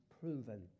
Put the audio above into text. proven